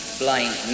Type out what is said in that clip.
blind